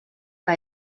que